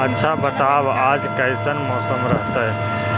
आच्छा बताब आज कैसन मौसम रहतैय?